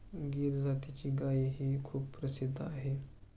गीर जातीची गायही खूप प्रसिद्ध आहे